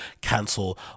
cancel